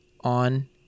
on